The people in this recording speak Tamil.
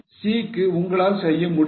C க்கு உங்களால் செய்ய முடியும்